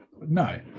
no